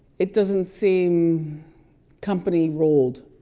it doesn't seem company ruled.